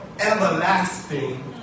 everlasting